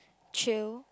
chill